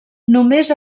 només